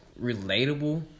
relatable